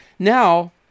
Now